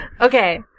okay